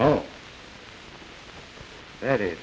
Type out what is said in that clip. oh that is